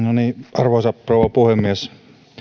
arvoisa rouva puhemies